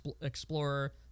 Explorer